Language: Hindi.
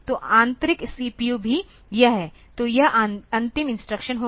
तो आंतरिक सीपीयू भी यह है तो यह अंतिम इंस्ट्रक्शन होगा